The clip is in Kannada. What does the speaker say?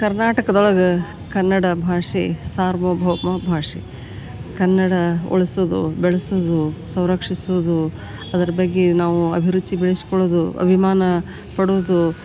ಕರ್ನಾಟಕದ ಒಳಗ ಕನ್ನಡ ಭಾಷೆ ಸಾರ್ವಭೌಮ ಭಾಷೆ ಕನ್ನಡ ಉಳಿಸೋದು ಬೆಳೆಸೋದು ಸಂರಕ್ಷಿಸೂದು ಅದ್ರ ಬಗ್ಗೆ ನಾವು ಅಭಿರುಚಿ ಬೆಳೆಸ್ಕೊಳ್ಳುದು ಅಭಿಮಾನ ಪಡುದು